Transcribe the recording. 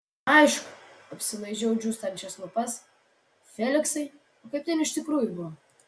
aišku apsilaižau džiūstančias lūpas feliksai o kaip ten iš tikrųjų buvo